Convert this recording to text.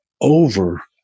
over